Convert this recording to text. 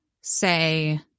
say